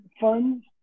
Funds